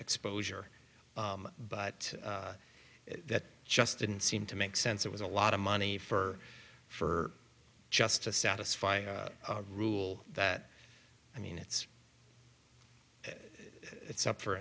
exposure but that just didn't seem to make sense it was a lot of money for for just to satisfy a rule that i mean it's it's up for